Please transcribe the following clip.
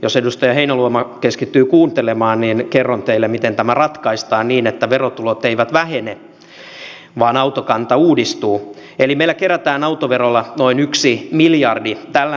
jos edustaja heinäluoma keskittyy kuuntelemaan kerron teille miten tämä ratkaistaan niin että verotulot eivät vähene vaan autokanta uudistuu nimellä kerätään autoverolla noin yksi miljardin tällä